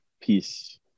peace